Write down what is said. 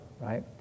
right